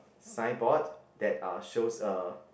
signboard that uh shows a